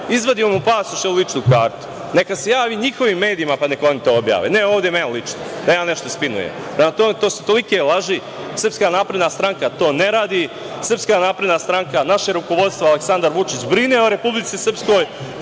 izvadio mu pasoš ili ličnu kartu. Neka se javi njihovim medijima, pa neka oni to objave, ne ovde meni lično, da ja nešto spinujem. Prema tome, to su tolike laži. Srpska napredna stranka to ne radi. Srpska napredna stranka, naše rukovodstvo, Aleksandar Vučić brine o Republici Srpskoj.